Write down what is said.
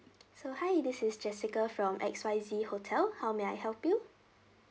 so hi this is jessica from X Y Z hotel how may I help you